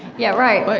yeah, right. but